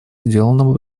сделанному